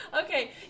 Okay